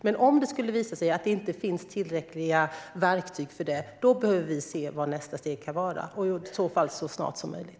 Men om det skulle visa sig att det inte finns tillräckliga verktyg för detta behöver vi se vad nästa steg kan vara, och det måste ske så snart som möjligt.